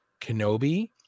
kenobi